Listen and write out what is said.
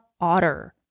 otter